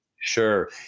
Sure